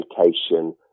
education